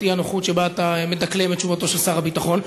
האי-נוחות שבה אתה מדקלם את תשובתו של שר הביטחון.